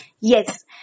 Yes